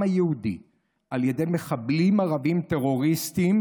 היהודי על ידי מחבלים ערבים טרוריסטים,